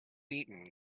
eaten